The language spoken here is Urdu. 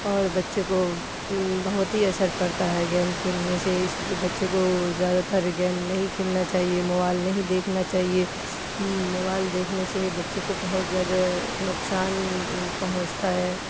اور بچے کو بہت ہی اثر پڑتا ہے گیم کھیلنے سے اس لیے بچے کو زیادہ تر گیم نہیں کھیلنا چاہیے موبائل نہیں دیکھنا چاہیے موبائل دیکھنے سے ہی بچے کو بہت زیادہ نقصان پہنچتا ہے